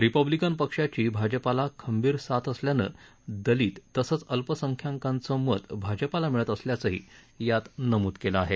Republican पक्षाची भाजपाला खंबीर साथ असल्यानं दलित तसंच अल्पसंख्यांकांचं मत भाजपाला मिळत असल्याचंही यात नमूद केलं आहे